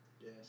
Yes